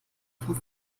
vom